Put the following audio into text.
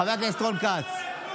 חבר הכנסת רון כץ.